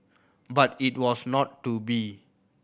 but it was not to be